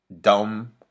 dumb